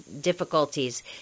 difficulties